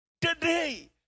Today